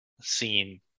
scene